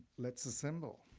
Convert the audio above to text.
let's assemble.